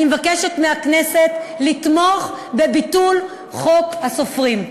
אני מבקשת מהכנסת לתמוך בביטול חוק הסופרים.